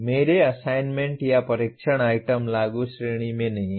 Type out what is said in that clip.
मेरे असाइनमेंट या परीक्षण आइटम लागू श्रेणी में नहीं हैं